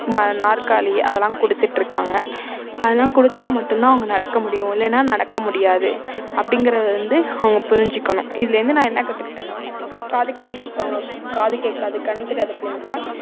ம நாற்காலி அதெல்லாம் கொடுத்துட்ருக்காங்க அதெல்லாம் கொடுத்தா மட்டுந்தான் அவங்க நடக்க முடியும் இல்லைன்னா நடக்க முடியாது அப்டிங்கிறது வந்து அவங்க புரிஞ்சுக்கணும் இதுலேருந்து நான் என்ன கற்றுக்கிட்டேனா காது கேட்காதவங்க காது கேக்காத கண் தெரியாத பிள்ளைகளுக்கு தான்